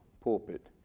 pulpit